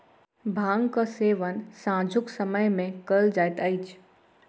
भांगक सेवन सांझुक समय मे कयल जाइत अछि